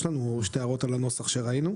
יש לנו שתי הערות על הנוסח שראינו.